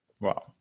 Wow